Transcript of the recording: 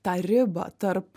tą ribą tarp